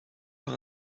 par